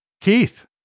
Keith